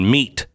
Meat